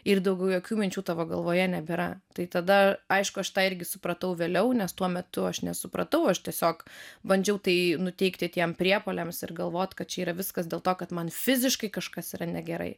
ir daugiau jokių minčių tavo galvoje nebėra tai tada aišku aš tą irgi supratau vėliau nes tuo metu aš nesupratau aš tiesiog bandžiau tai nuteikti tiem priepuoliams ir galvoti kad čia yra viskas dėl to kad man fiziškai kažkas yra negerai